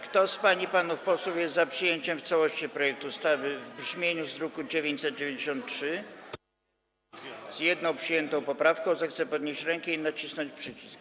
Kto z pań i panów posłów jest za przyjęciem w całości projektu ustawy w brzmieniu z druku nr 993, z jedną przyjętą poprawką, zechce podnieść rękę i nacisnąć przycisk.